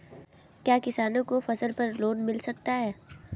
क्या किसानों को फसल पर लोन मिल सकता है?